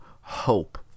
hope